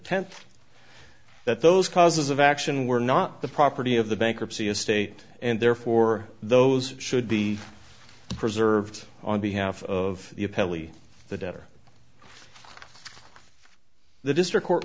tenth that those causes of action were not the property of the bankruptcy estate and therefore those should be preserved on behalf of the appellee the debtor the district court